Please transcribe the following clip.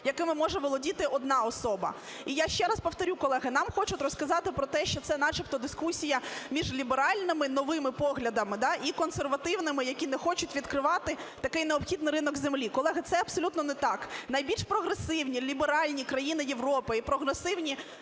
якими може володіти одна особа. І я ще раз повторю, колеги. Нам хочуть розказати про те, що це начебто дискусія між ліберальними новими поглядами і консервативними, які не хочуть відкривати такий необхідний ринок землі. Колеги, це абсолютно не так. Найбільш прогресивні ліберальні країни Європи і прогресивні